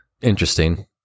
interesting